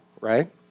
right